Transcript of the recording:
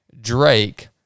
Drake